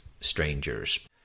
strangers